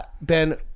ben